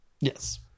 yes